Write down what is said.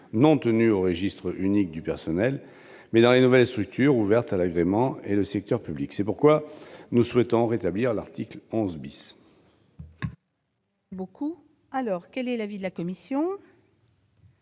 non tenues au registre unique du personnel, mais dans les nouvelles structures ouvertes à l'agrément et le secteur public. C'est pourquoi nous proposons le rétablissement de l'article 11 .